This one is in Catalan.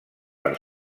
per